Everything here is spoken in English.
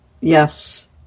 Yes